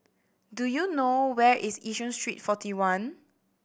do you know where is Yishun Street Forty One